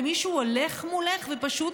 ומישהו הולך מולך ופשוט